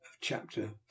chapter